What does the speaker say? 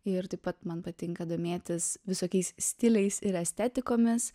ir taip pat man patinka domėtis visokiais stiliais ir estetikomis